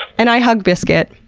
and i hug biscuit,